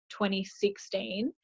2016